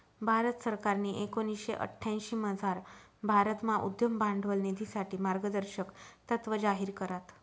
भारत सरकारनी एकोणीशे अठ्यांशीमझार भारतमा उद्यम भांडवल निधीसाठे मार्गदर्शक तत्त्व जाहीर करात